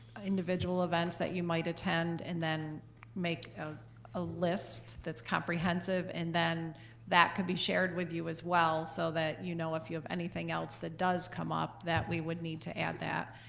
individual events that you might attend, and then make a ah list that's comprehensive, and then that could be shared with you as well so that you know if you have anything else that does come up that we would need to add that.